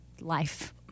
life